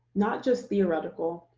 not just theoretical,